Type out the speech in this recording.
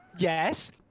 Yes